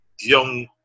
young